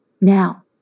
now